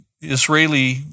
Israeli